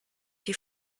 die